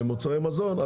על מוצרי מזון,